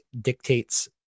dictates